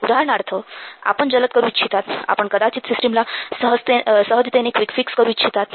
उदाहरणार्थ आपण जलद करू इच्छितात आपण कदाचित सिस्टिमला सहजतेने क्विक फीक्स करू इच्छितात